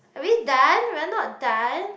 are we done we're not done